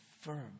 firm